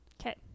Okay